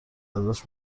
ازش